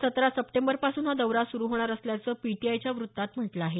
सतरा सप्टेंबरपासून हा दौरा सुरू होणार असल्याचं पीटीआयच्या वृत्तात म्हटलं आहे